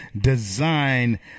design